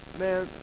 man